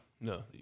No